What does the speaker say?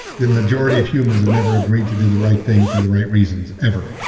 the majority of humans have never agreed to do the right thing for the right reasons ever.